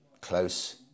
close